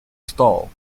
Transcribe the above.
stall